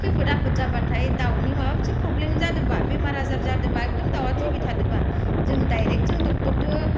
खैफोद आफोद जाबाथाय दाउनि माबा मोनसे प्रब्लेम जादोंबा बेमार आजार जादोंबा एकदम दाउवा थैबाय थादोंबा जोङो दायरेक्ट जोङो डक्ट'रजों